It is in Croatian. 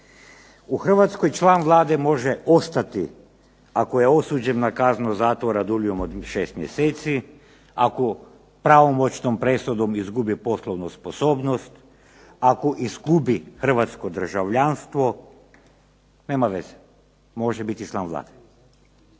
U Hrvatskoj član Vlade može ostati ako je osuđen na kaznu zatvora dulju od 6 mjeseci, ako pravomoćnom presudom izgubi poslovnu sposobnost, ako izgubi hrvatsko državljanstvo. Nema veze, može biti član Vlade.